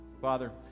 father